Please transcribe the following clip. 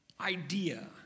idea